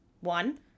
One